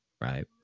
right